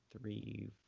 three